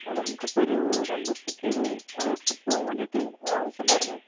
ആ നമുക്കിപ്പോൾ ഒരു രണ്ടു ദിവസത്തേക്കൊരു ട്രിപ്പ് പോകാൻ വേണ്ടിയിട്ട് ആവശ്യമുണ്ടായിരുന്നേ